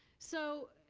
so,